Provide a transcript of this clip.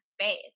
space